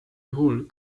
juhul